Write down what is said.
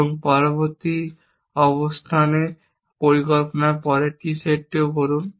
এবং পরবর্তী অবস্থানটি পরিকল্পনার পরেরটিও সেট করুন